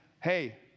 hey